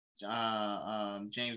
James